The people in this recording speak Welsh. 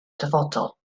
dyfodol